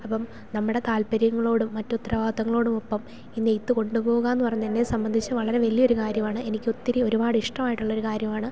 അപ്പം നമ്മുടെ താല്പര്യങ്ങളോടും മറ്റു ഉത്തരവാദിത്തങ്ങളോടും ഒപ്പം ഈ നെയ്ത്ത് കൊണ്ടു പോകുക എന്നു പറയുന്നത് എന്നെ സംബന്ധിച്ചു വളരെ വലിയ ഒരു കാര്യമാണ് എനിക്ക് ഒത്തിരി ഒരുപാട് ഇഷ്ടമായിട്ടുള്ള ഒരു കാര്യമാണ്